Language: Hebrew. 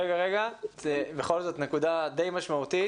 זו בכל זאת נקודה משמעותית.